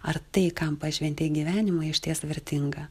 ar tai kam pašventei gyvenimą išties vertinga